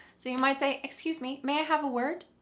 so you might say, excuse me, may i have a word?